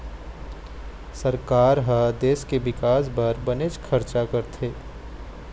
सरकार ह देश के बिकास बर बनेच खरचा करथे